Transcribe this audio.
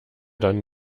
dann